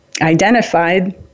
identified